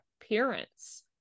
appearance